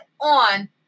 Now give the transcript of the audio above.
on